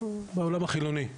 בעולם החילוני,